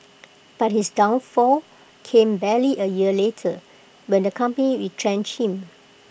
but his downfall came barely A year later when the company retrenched him